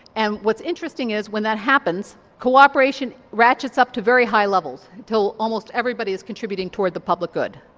and what's interesting is when that happens cooperation ratchets up to very high levels until almost everybody is contributing toward the public good.